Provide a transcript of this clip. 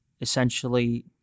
essentially